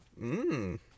Mmm